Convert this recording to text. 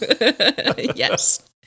Yes